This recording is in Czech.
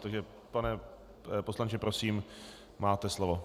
Takže pane poslanče, prosím, máte slovo.